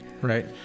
right